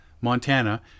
Montana